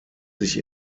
sich